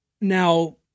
Now